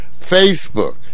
Facebook